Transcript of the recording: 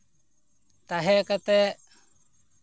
ᱛᱟᱦᱮᱸ ᱠᱟᱛᱮ